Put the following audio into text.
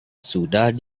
sudah